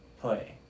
play